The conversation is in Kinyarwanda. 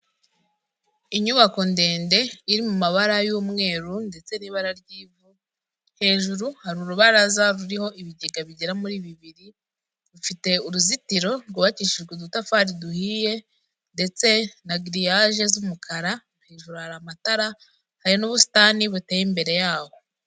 Inyubako ndende iri mu mabara y'umweru ndetse n'ibara ry'ivu, hejuru hari urubaraza ruriho ibigega bigera muri bibiri, rufite uruzitiro rwubakishijwe udutafari duhiye ndetse na giriyaje z'umukara, hejuru hari amatara, hari n'ubusitani buteye imbere yawo.